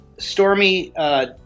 Stormy